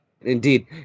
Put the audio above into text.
Indeed